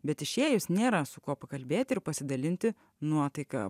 bet išėjus nėra su kuo pakalbėti ir pasidalinti nuotaika